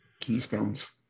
Keystones